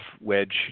wedge